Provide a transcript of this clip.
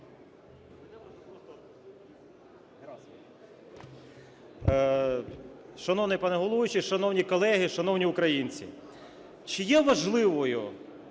Шановний пане головуючий, шановні колеги, шановні українці, чи є важливим